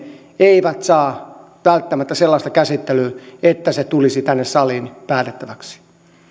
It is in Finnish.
eivät saa välttämättä sellaista käsittelyä että asia tulisi tänne saliin päätettäväksi